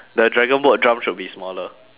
the dragon boat drum should be smaller